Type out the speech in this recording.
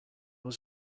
was